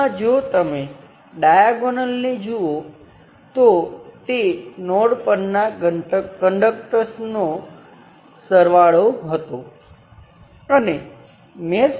હવે મેં અગાઉ જે રીતે કારણ આપ્યું હતું તેના પર પાછા જઈને હું કહીશ કે આ એક સિવાયની દરેક શાખામાં વોલ્ટેજ સ્ત્રોત v ની બરાબર છે આપણે અહીંથી શરૂઆત કરી અને સાબિત કર્યું કે તે આના જેવું જ છે